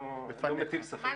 מאה אחוז.